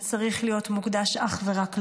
וצריך להיות מוקדש אך ורק להם.